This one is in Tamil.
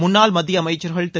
முன்னாள் மத்திய அமைச்ச்கள் திரு